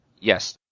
Yes